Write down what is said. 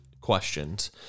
questions